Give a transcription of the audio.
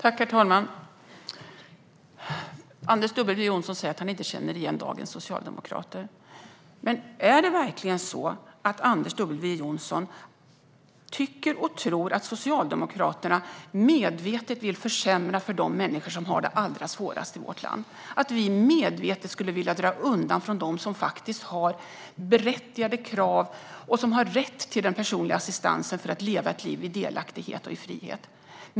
Herr talman! Anders W Jonsson säger att han inte känner igen dagens socialdemokrater. Men tror Anders W Jonsson verkligen att Socialdemokraterna medvetet vill försämra för de människor som har det allra svårast i vårt land, att vi medvetet skulle vilja dra undan från dem som har berättigade krav på och rätt till den personliga assistansen för att leva ett liv i delaktighet och frihet?